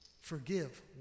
Forgive